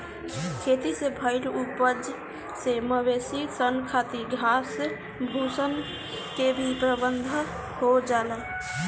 खेती से भईल उपज से मवेशी सन खातिर घास भूसा के भी प्रबंध हो जाला